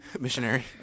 Missionary